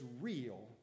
real